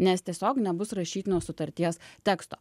nes tiesiog nebus rašytinio sutarties teksto